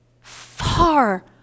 far